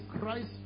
Christ